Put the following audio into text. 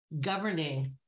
governing